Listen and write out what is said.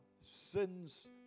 sins